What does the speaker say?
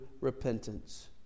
repentance